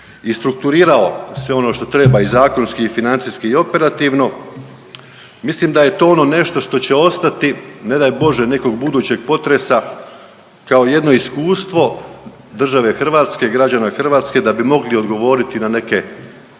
i strukturirao sve ono što treba i zakonski i financijski i operativno mislim da je to ono nešto što će ostati ne daj Bože nekog budućeg potresa kao jedno iskustvo države hrvatske, građana Hrvatske da bi mogli odgovoriti na neke